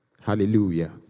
Hallelujah